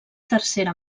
tercera